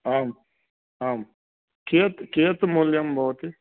आम् आं कियत् कियत् मूल्यं भवति